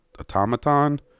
automaton